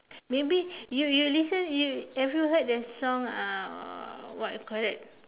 maybe you you listen you have you listen the song uh what you call that